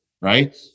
right